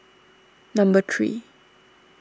number three